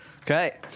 Okay